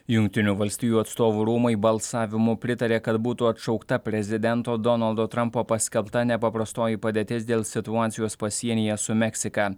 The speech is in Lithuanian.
jungtinių valstijų atstovų rūmai balsavimu pritarė kad būtų atšaukta prezidento donaldo trampo paskelbta nepaprastoji padėtis dėl situacijos pasienyje su meksika